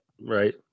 right